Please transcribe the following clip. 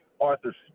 Arthur